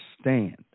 stand